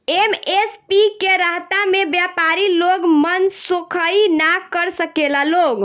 MSP के रहता में व्यपारी लोग मनसोखइ ना कर सकेला लोग